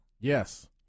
Yes